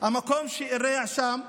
המקום שזה אירע שם,